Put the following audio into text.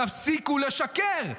תפסיקו לשקר.